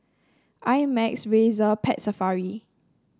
I Max Razer Pet Safari